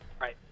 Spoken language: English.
Right